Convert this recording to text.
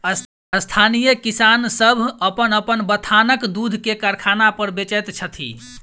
स्थानीय किसान सभ अपन अपन बथानक दूध के कारखाना पर बेचैत छथि